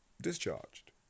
discharged